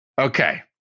Okay